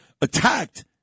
attacked